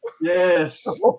Yes